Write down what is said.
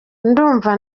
ndumva